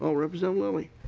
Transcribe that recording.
ah representative lillie